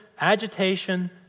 agitation